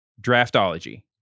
draftology